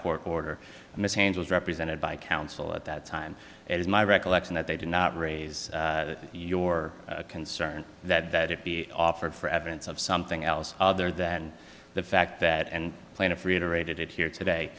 order mishandles represented by counsel at that time as my recollection that they did not raise your concern that that it be offered for evidence of something else other than the fact that and plaintiff reiterated it here today